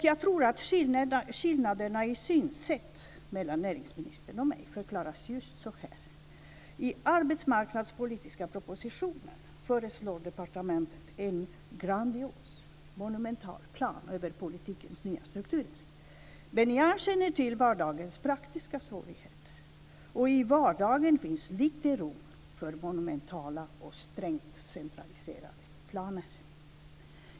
Jag tror att skillnaderna i synsätt mellan näringsministern och mig kan förklaras just så här: I arbetsmarknadspolitiska propositionen föreslår departementet en grandios, monumental plan över politikens nya strukturer. Men jag känner till vardagens praktiska svårigheter, och i vardagen finns lite utrymme för monumentala och strängt centraliserade planer.